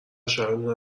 شبمون